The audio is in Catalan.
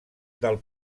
del